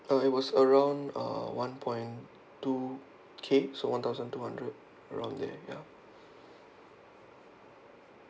uh it was around uh one point two K so one thousand two hundred around there ya